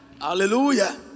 Hallelujah